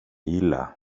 illa